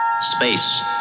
Space